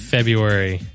February